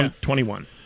Twenty-one